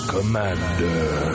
Commander